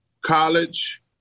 college